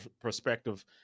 perspective